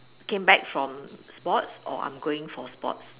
came back from sports or I'm going for sports